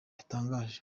yatangaje